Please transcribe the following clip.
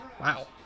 Wow